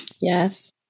Yes